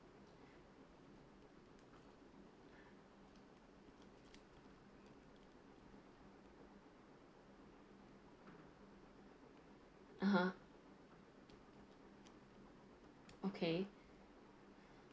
(uh huh) okay